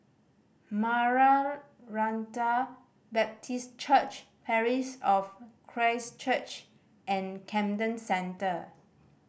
Maranatha Baptist Church Parish of Christ Church and Camden Centre